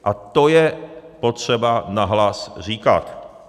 A to je potřeba nahlas říkat.